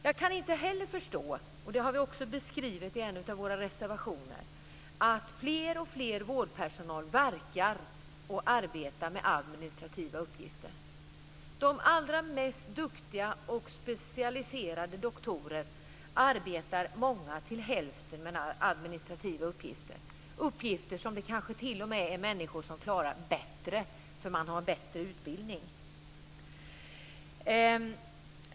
Jag kan inte heller förstå, och det har vi också beskrivit i en av våra reservationer, att alltfler inom vårdpersonalen verkar arbeta med administrativa uppgifter. Många av de allra duktigaste och mest specialiserade doktorerna arbetar till hälften med administrativa uppgifter, som det kanske t.o.m. finns människor som klarar av bättre därför att de har bättre utbildning.